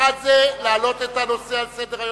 אחת היא להעלות את הנושא על סדר-היום,